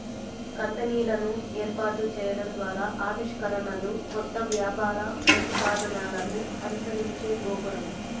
కంపెనీలను ఏర్పాటు చేయడం ద్వారా ఆవిష్కరణలు, కొత్త వ్యాపార ప్రతిపాదనలను అనుసరించే గోపురం